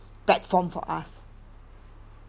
platform for us